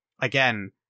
again